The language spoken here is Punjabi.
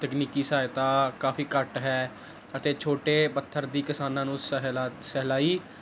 ਤਕਨੀਕੀ ਸਹਾਇਤਾ ਕਾਫੀ ਘੱਟ ਹੈ ਅਤੇ ਛੋਟੇ ਪੱਥਰ ਦੀ ਕਿਸਾਨਾਂ ਨੂੰ ਸਹਿਲਾ ਸਹਿਲਾਈ